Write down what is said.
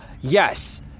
Yes